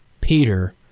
Peter